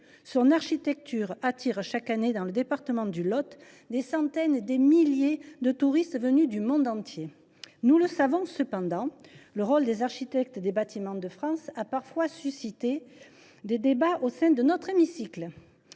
Son architecture attire chaque année, dans le département du Lot, des centaines de milliers de touristes venus du monde entier. Nous le savons, néanmoins, le rôle des architectes des Bâtiments de France a parfois suscité des débats au sein de notre hémicycle.